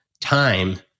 time